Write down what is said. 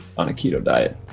on a keto diet.